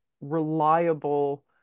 reliable